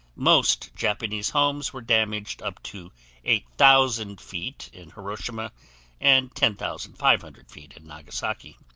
most japanese homes were damaged up to eight thousand feet in hiroshima and ten thousand five hundred feet in nagasaki.